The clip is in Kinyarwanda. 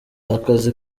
akazi